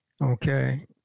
Okay